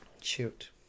Shoot